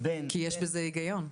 כי יש בזה היגיון.